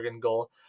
goal